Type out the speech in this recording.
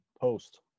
post